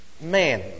man